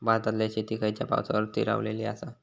भारतातले शेती खयच्या पावसावर स्थिरावलेली आसा?